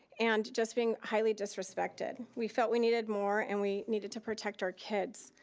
and just being highly disrespected. we felt we needed more and we needed to protect our kids.